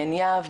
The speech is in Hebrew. מעין יהב,